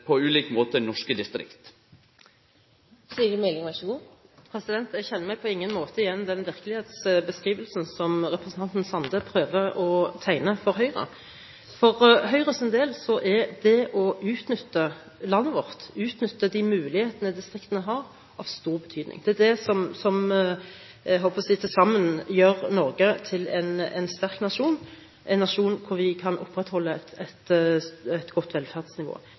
på ulik måte rammar norske distrikt? Jeg kjenner meg på ingen måte igjen i den virkelighetsbeskrivelsen som representanten Sande prøver å tegne for Høyre. For Høyres del er det å utnytte landet vårt – utnytte de mulighetene distriktene har – av stor betydning. Det er det som – jeg holdt på å si – til sammen gjør Norge til en sterk nasjon, en nasjon der vi kan opprettholde et godt velferdsnivå.